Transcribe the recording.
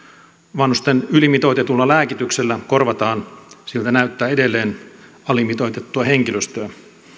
vanhusten ylimitoitetulla lääkityksellä korvataan siltä näyttää edelleen alimitoitettua henkilöstöä